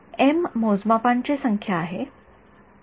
M मोजमापांची संख्या आहे विद्यार्थी मोजमापांची संख्या